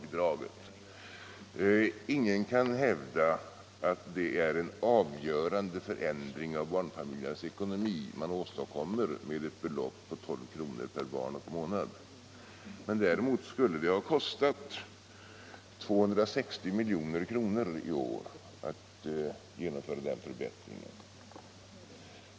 Ingen kan hävda att detta innebär en avgörande förändring i barnfamiljernas ekonomiska situation. Däremot skulle det ha kostat 260 milj.kr. i år att genomföra denna förbättring.